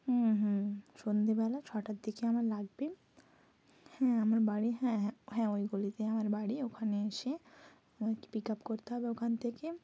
হুম হুম সন্ধ্যাবেলা ছটার দিকে আমার লাগবে হ্যাঁ আমার বাড়ি হ্যাঁ হ্যাঁ হ্যাঁ ওই গলিতেই আমার বাড়ি ওখানে এসে আমাকে পিক আপ করতে হবে ওখান থেকে